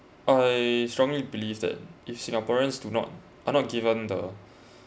I strongly believe that if singaporeans do not are not given the